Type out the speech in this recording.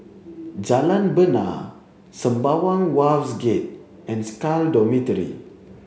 Jalan Bena Sembawang Wharves Gate and SCAL Dormitory